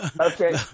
okay